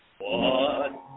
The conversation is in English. one